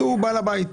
הוא בעל הבית.